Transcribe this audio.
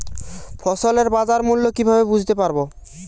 ফসলের বাজার মূল্য কিভাবে বুঝতে পারব?